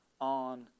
on